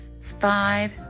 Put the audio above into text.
Five